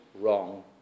wrong